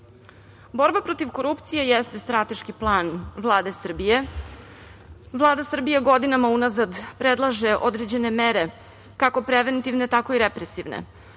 protiv korupcije jeste strateški plan Vlade Srbije. Vlada Srbije godinama unazad predlaže određene mere, kako preventivne, tako i represivne.